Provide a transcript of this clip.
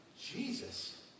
Jesus